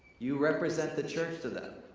you represent the church to them.